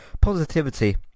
positivity